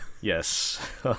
yes